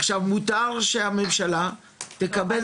מותר שהממשלה תקבל